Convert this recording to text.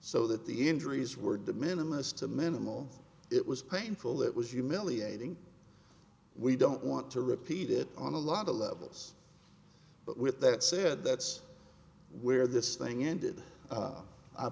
so that the injuries were de minimus to minimal it was painful it was humiliating we don't want to repeat it on a lot of levels but with that said that's where this thing ended